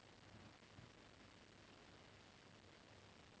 I I realize what's the problem of the problem is you have to give very